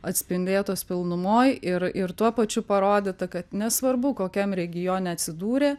atspindėtos pilnumoj ir ir tuo pačiu parodyta kad nesvarbu kokiam regione atsidūrė